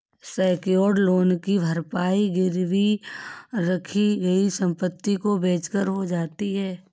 secured loan की भरपाई गिरवी रखी गई संपत्ति को बेचकर हो जाती है